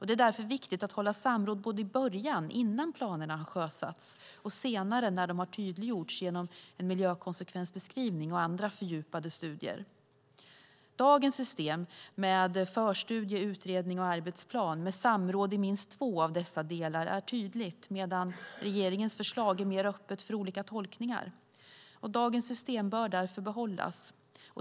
Det är därför viktigt att hålla samråd både i början, innan planerna har sjösatts, och senare, när de har tydliggjorts genom en miljökonsekvensbeskrivning och andra fördjupade studier. Dagens system med förstudie, utredning och arbetsplan med samråd i minst två av dessa delar är tydligt, medan regeringens förslag är mer öppet för olika tolkningar. Dagens system bör därför behållas.